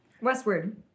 westward